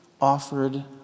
offered